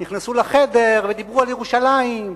נכנסו לחדר ודיברו על ירושלים,